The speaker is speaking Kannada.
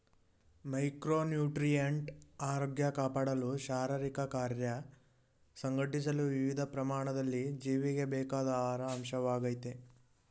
ಮೈಕ್ರೋನ್ಯೂಟ್ರಿಯಂಟ್ ಆರೋಗ್ಯ ಕಾಪಾಡಲು ಶಾರೀರಿಕಕಾರ್ಯ ಸಂಘಟಿಸಲು ವಿವಿಧ ಪ್ರಮಾಣದಲ್ಲಿ ಜೀವಿಗೆ ಬೇಕಾದ ಆಹಾರ ಅಂಶವಾಗಯ್ತೆ